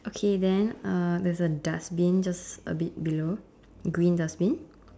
okay then uh there's a dustbin just a bit below green dustbin